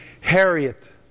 Harriet